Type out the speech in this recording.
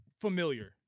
familiar